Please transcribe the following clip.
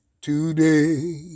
today